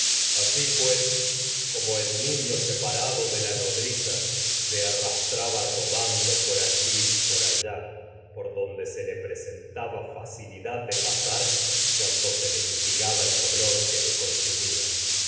asi pues como el por niño separado de la y nodriza donde se se arrastraba rodando le aquí por allá por presentaba facilidad que de pasar cuando y se le mitigaba el dolor mentarse ni le consumía